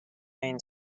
main